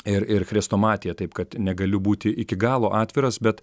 ir ir chrestomatija taip kad negaliu būti iki galo atviras bet